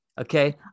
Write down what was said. Okay